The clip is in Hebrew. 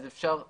אפשר לבטל.